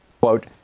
Quote